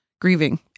grieving